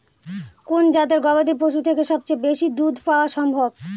কোন জাতের গবাদী পশু থেকে সবচেয়ে বেশি দুধ পাওয়া সম্ভব?